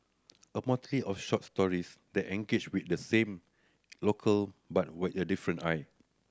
a motley of short stories that engages with the same locale but with the different eye